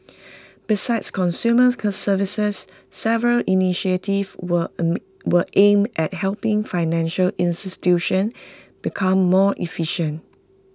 besides consumer services several initiatives were were aimed at helping financial institutions become more efficient